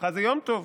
שמחה זה יום טוב.